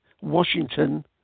Washington